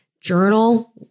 journal